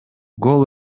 гол